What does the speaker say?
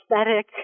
aesthetic